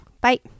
bye